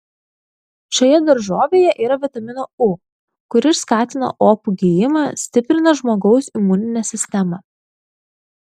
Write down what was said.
šioje daržovėje yra vitamino u kuris skatina opų gijimą stiprina žmogaus imuninę sistemą